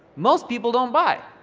most people don't buy.